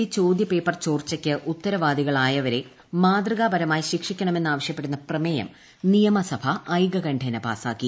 E ചോദ്യപേപ്പർ ചോർച്ചയ്ക്ക് ഉത്തരവാദികളായവരെ മാതൃകാപരമായി ശിക്ഷിക്കണമെന്ന് ആവശ്യപ്പെടുന്ന പ്രമേയം നിയമസഭ ഐകകണ്ഠേന പ്പാസ്സാക്കി